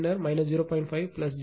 5 j 0